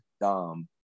Dom